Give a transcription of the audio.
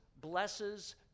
blesses